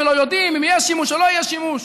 ולא יודעים אם יהיה שימוש או לא יהיה שימוש.